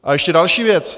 A ještě další věc.